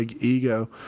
ego